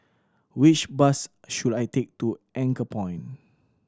which bus should I take to Anchorpoint